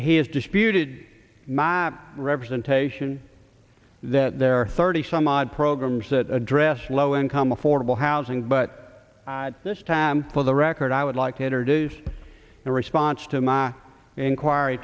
has disputed my representation that there are thirty some odd programs that address low income affordable housing but at this time for the record i would like to introduce the response to my inquiry